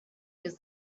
use